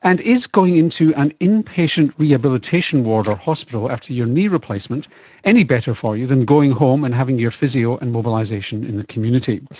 and is going into an inpatient rehabilitation ward or hospital after your knee replacement any better for you than going home and having your physio and mobilisation in the community?